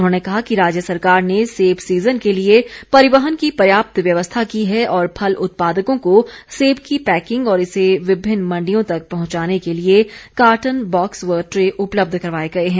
उन्होंने कहा कि राज्य सरकार ने सेब सीजन के लिए परिवहन की पर्याप्त व्यवस्था की है और फल उत्पादकों को सेब की पैकिंग और इसे विभिन्न मंडियों तक पहुंचाने के लिए कार्टन बॉक्स व ट्रे उपलब्ध करवाए गए हैं